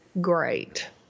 great